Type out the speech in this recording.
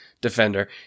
defender